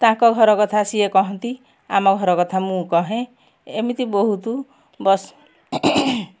ତାଙ୍କ ଘର କଥା ସିଏ କହନ୍ତି ଆମ ଘର କଥା ମୁଁ କହେ ଏମିତି ବହୁତ ବାସ୍